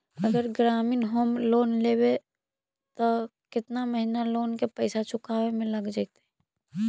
अगर ग्रामीण home loan लेबै त केतना महिना लोन के पैसा चुकावे में लग जैतै?